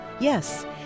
Yes